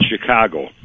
Chicago